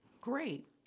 Great